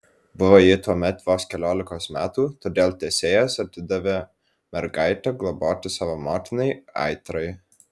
buvo ji tuomet vos keliolikos metų todėl tesėjas atidavė mergaitę globoti savo motinai aitrai